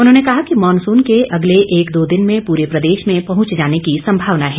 उन्होंने कहा कि मॉनसून के अगले एक दो दिन में पूरे प्रदेश में पहुंच जाने की संभावना हैं